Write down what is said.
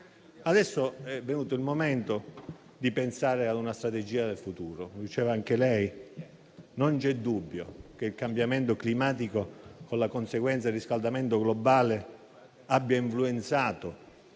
Adesso è venuto il momento di pensare a una strategia per il futuro. Come diceva anche lei, signor Ministro, non c'è dubbio che il cambiamento climatico, con la conseguenza del riscaldamento globale, abbia influenzato